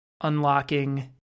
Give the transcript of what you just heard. unlocking